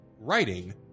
writing